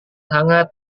hangat